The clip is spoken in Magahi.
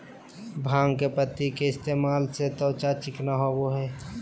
भांग के पत्ति के इस्तेमाल से त्वचा चिकना होबय हइ